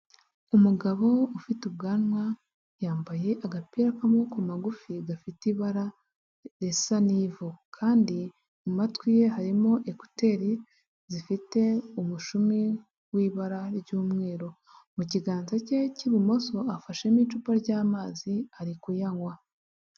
Umugabo ufite ubwanwa yambaye agapira k'amaboko magufi gafite ibara risa n'ivu kandi mu matwi ye harimo ekuteri zifite umushumi w'ibara ry'umweru mu kiganza cye cy'ibumoso afashemo icupa ry'amazi ari kuyanywa.